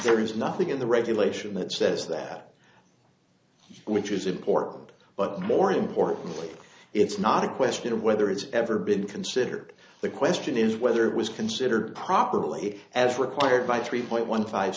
there is nothing in the regulation that that says which is important but more importantly it's not a question of whether it's ever been considered the question is whether it was considered properly as required by three point one five